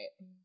Right